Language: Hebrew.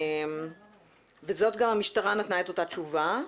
וגם המשטרה נתנה את אותה תשובה.